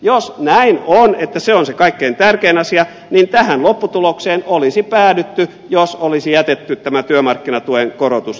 jos näin on että se on se kaikkein tärkein asia niin tähän lopputulokseen olisi päädytty jos olisi jätetty tämä työmarkkinatuen korotus tekemättä